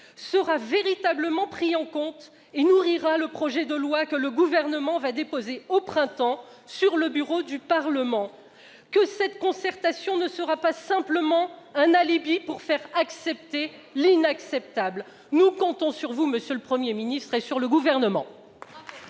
sera véritablement pris en compte et nourrira le projet de loi que le Gouvernement déposera au printemps prochain ? Pouvez-vous nous garantir que cette concertation ne sera pas qu'un prétexte pour faire accepter l'inacceptable ? Nous comptons sur vous, monsieur le Premier ministre, et sur le Gouvernement.